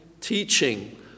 teaching